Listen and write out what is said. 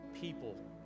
people